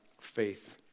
faith